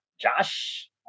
josh